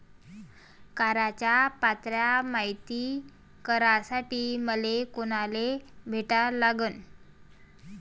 कराच पात्रता मायती करासाठी मले कोनाले भेटा लागन?